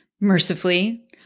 Mercifully